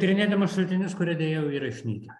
tyrinėdamas šaltinius kurie deja jau yra išnykę